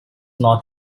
not